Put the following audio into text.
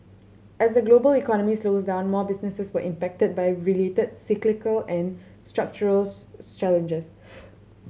as the global economy slows down more businesses were impacted by related cyclical and structural challenges